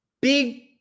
big